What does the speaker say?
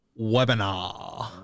Webinar